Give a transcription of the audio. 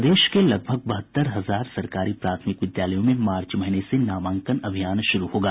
प्रदेश के लगभग बहत्तर हजार सरकारी प्राथमिक विद्यालयों में मार्च महीने से नामांकन अभियान शुरू होगा